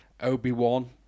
Obi-Wan